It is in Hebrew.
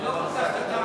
עליו נאמר,